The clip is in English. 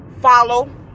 follow